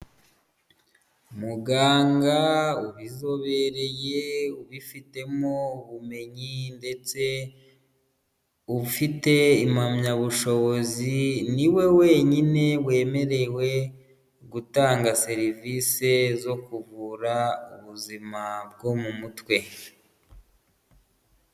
Muganga ubizobereye ubifitemo ubumenyi ndetse ufite impamyabushobozi niwe wenyine wemerewe gutanga serivisi zo kuvura ubuzima bwo mu mutwe.